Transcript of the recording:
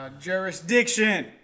Jurisdiction